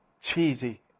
cheesy